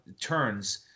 turns